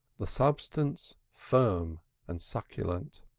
the substance firm and succulent.